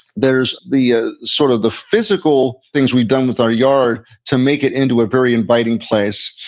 there's the ah sort of the physical things we've done with our yard to make it into a very inviting place,